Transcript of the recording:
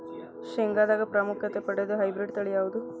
ಶೇಂಗಾದಾಗ ಪ್ರಾಮುಖ್ಯತೆ ಪಡೆದ ಹೈಬ್ರಿಡ್ ತಳಿ ಯಾವುದು?